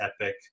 epic